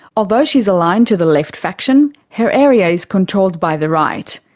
although she's aligned to the left faction, her area is controlled by the right.